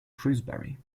shrewsbury